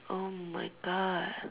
oh my God